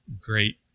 great